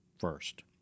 first